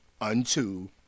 unto